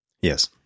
Yes